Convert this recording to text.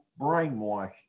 brainwashed